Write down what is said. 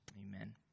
amen